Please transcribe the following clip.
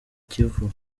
kivu